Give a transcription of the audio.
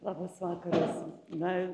labas vakaras na